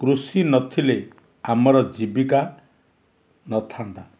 କୃଷି ନଥିଲେ ଆମର ଜୀବିକା ନଥାନ୍ତା